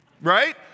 Right